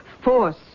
force